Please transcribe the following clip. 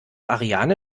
ariane